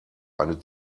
eine